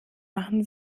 machen